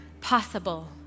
possible